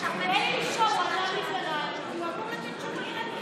הוא אמור לתת תשובות.